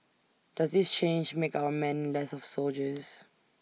does this change make our men less of soldiers